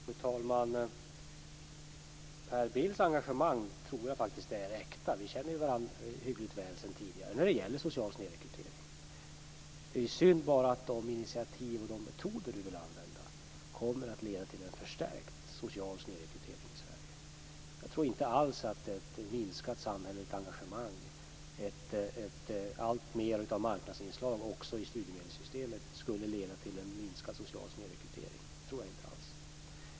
Fru talman! Per Bills engagemang tror jag faktiskt är äkta - vi känner ju varandra hyggligt väl sedan tidigare - när det gäller social snedrekrytering. Det är synd bara att de initiativ och metoder han vill använda kommer att leda till en förstärkt social snedrekrytering i Sverige. Jag tror inte alls att ett minskat samhälleligt engagemang, att alltmer av marknadsinslag också i studiemedelssystemet skulle leda till en minskad social snedrekrytering. Det tror jag inte alls.